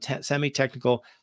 semi-technical